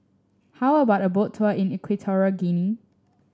how about a Boat Tour in Equatorial Guinea